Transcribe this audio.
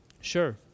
Sure